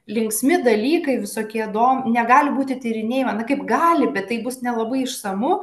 linksmi dalykai visokie dom negali būti tyrinėjama kaip gali bet tai bus nelabai išsamu